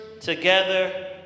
together